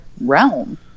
realm